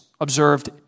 observed